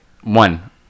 one